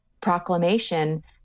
proclamation